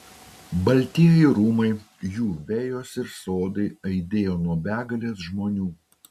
baltieji rūmai jų vejos ir sodai aidėjo nuo begalės žmonių